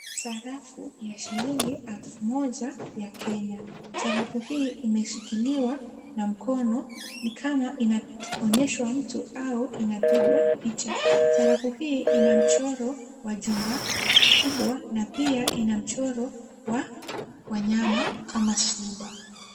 Sarafu ya shilingi elfu moja ya Kenya. Sarafu hii imeshikiliwa na mkono, ni kama inaonyeshwa mtu au inapigwa picha. Sarafu hii ina mchoro wa jumba kubwa na pia ina mchoro wa wanyama kama simba.